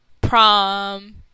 prom